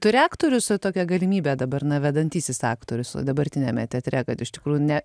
turi aktorius tokią galimybę dabar na vedantysis aktorius dabartiniame teatre kad iš tikrųjų ne